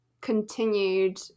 continued